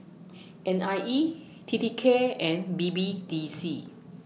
N I E T T K and B B D C